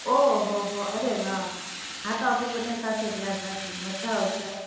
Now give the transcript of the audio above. ઓહોહો અરે વા હાતો આપળે બધા સાથે ત્યાં જાશું મજા આવશે હો